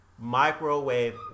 Microwave